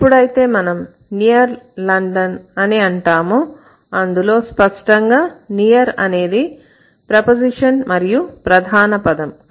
ఎప్పుడైతే మనం Near London అని అంటామో అందులో స్పష్టంగా near అనేది ప్రపోజిషన్ మరియు ప్రధాన పదం